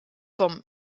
vom